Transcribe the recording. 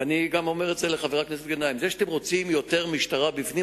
ואני גם אומר את זה לחבר הכנסת גנאים: זה שאתם רוצים יותר משטרה בפנים,